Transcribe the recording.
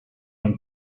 and